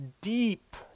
deep